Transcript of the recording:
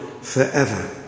forever